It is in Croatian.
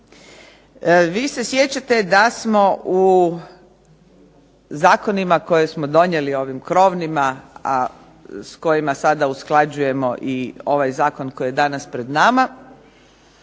Vi se sjećate da smo u zakonima koje smo donijeli, ovim krovnima, a s kojima sada usklađujemo i ovaj zakon koji je danas pred nama